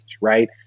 right